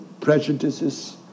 prejudices